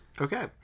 Okay